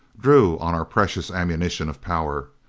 drew on our precious ammunition of power.